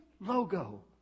logo